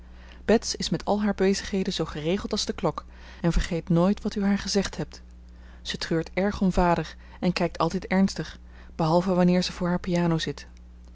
bets is met al haar bezigheden zoo geregeld als de klok en vergeet nooit wat u haar gezegd hebt ze treurt erg om vader en kijkt altijd ernstig behalve wanneer ze voor haar piano zit